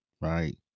right